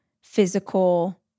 physical